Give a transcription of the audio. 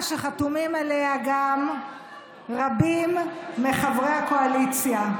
שחתומים עליה גם רבים מחברי הקואליציה.